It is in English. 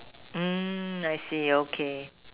mm I see okay